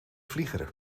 vliegeren